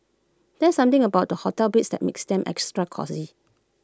there's something about the hotel beds that makes them extra cosy